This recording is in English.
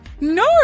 No